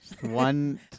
one